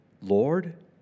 Lord